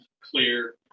clear